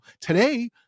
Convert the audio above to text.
today